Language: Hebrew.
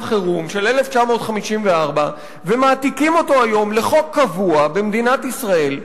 חירום ומעתיקים אותן היום לחוק קבוע במדינת ישראל.